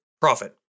profit